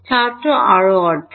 i আরও অর্ধেক